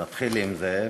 נתחיל עם זה,